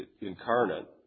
incarnate